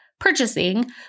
purchasing